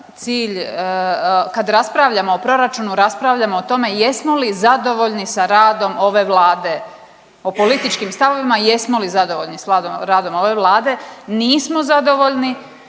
cilj kad raspravljamo o proračunu raspravljamo o tome jesmo li zadovoljni sa radom ove Vlade? O političkim stavovima, jesmo li zadovoljni sa radom ove Vlade? Nismo zadovoljni.